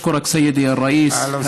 (אומר בערבית: